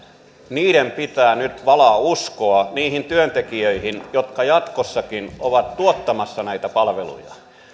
pitää nyt valaa uskoa niihin työntekijöihin jotka jatkossakin ovat tuottamassa näitä palveluja